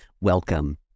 welcome